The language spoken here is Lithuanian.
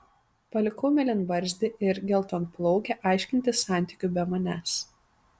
palikau mėlynbarzdį ir geltonplaukę aiškintis santykių be manęs